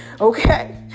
Okay